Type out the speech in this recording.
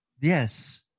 yes